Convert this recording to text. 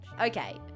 Okay